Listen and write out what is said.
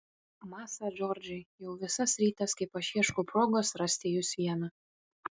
masa džordžai jau visas rytas kaip aš ieškau progos rasti jus vieną